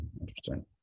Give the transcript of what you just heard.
Interesting